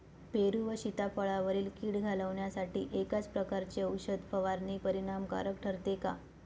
पेरू व सीताफळावरील कीड घालवण्यासाठी एकाच प्रकारची औषध फवारणी परिणामकारक ठरते का?